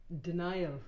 denial